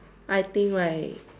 I think right